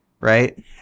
Right